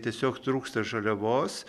tiesiog trūksta žaliavos